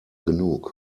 genug